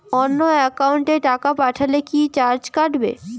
অন্য একাউন্টে টাকা পাঠালে কি চার্জ কাটবে?